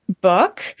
book